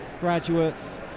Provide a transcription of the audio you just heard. graduates